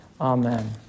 Amen